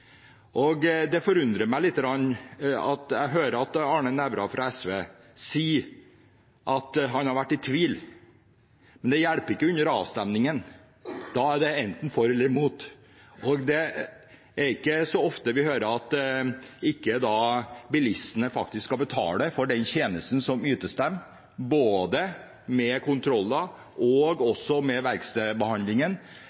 Det forundrer meg lite grann når jeg hører at Arne Nævra fra SV sier at han har vært i tvil. Det hjelper ikke under avstemningen, da er det enten for eller imot. Det er ikke så ofte vi hører fra SV at bilistene ikke skal betale for den tjenesten som ytes dem, verken for kontroller eller for verkstedbehandlingen – det er faktisk de som skal betale, og